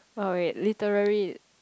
oh wait literary